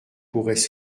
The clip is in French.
pourraient